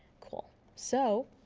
cool. so